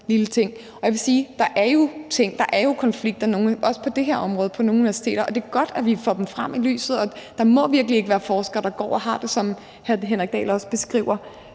det her område på nogle universiteter, og det er godt, at vi får dem frem i lyset. Der må virkelig ikke være forskere, der går og har det sådan, som hr. Henrik Dahl også beskriver.